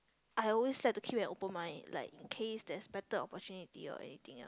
I always like to keep an open mind like in case there's better opportunity or anything